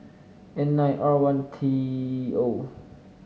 N nine R one T O